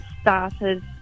started